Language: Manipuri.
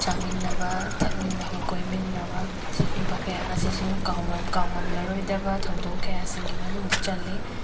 ꯆꯥꯃꯤꯟꯅꯕ ꯊꯛꯃꯤꯟꯅꯕ ꯀꯣꯏꯃꯤꯟꯅꯕ ꯁꯤꯒꯨꯝꯕ ꯀꯌꯥ ꯑꯁꯤꯁꯨ ꯀꯥꯎꯔꯝ ꯀꯥꯎꯉꯝꯂꯔꯣꯏꯗꯕ ꯊꯧꯗꯣꯛ ꯀꯌꯥꯁꯤꯡꯒꯤ ꯃꯅꯨꯡꯗ ꯆꯜꯂꯤ